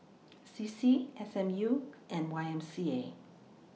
C C S M U and Y M C A